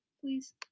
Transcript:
please